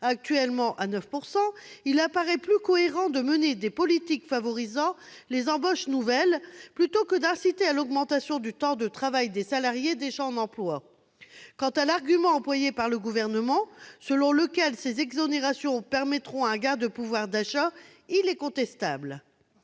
actuellement à 9 %, il paraît plus cohérent de mener des politiques favorisant les embauches nouvelles plutôt que d'inciter à l'augmentation du temps de travail des salariés ayant un emploi. Quant à l'argument employé par le Gouvernement, selon lequel ces exonérations permettront un gain de pouvoir d'achat, il est contestable.